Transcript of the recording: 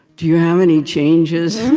do you have any changes?